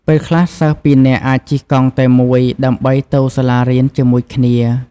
ពេលខ្លះសិស្សពីរនាក់អាចជិះកង់តែមួយដើម្បីទៅសាលារៀនជាមួយគ្នា។